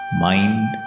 Mind